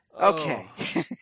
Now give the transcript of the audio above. Okay